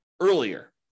earlier